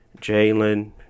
Jalen